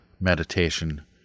meditation